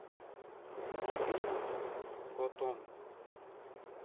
ᱵᱷᱤᱲᱤ ᱜᱚᱛᱚᱢ